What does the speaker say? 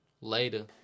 Later